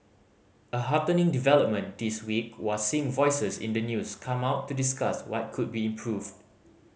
a heartening development this week was seeing voices in the news come out to discuss what could be improved